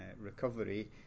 recovery